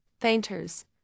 painters